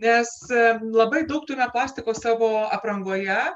nes labai daug turime plastiko savo aprangoje